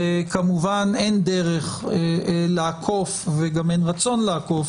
וכמובן שאין דרך וגם אין רצון לעקוף